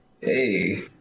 Hey